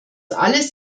alles